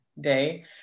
day